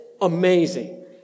amazing